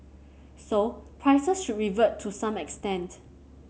so prices should revert to some extent